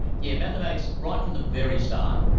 yeah mathematics, right from the very start,